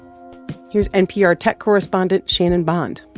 here's npr tech correspondent shannon bond